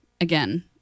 again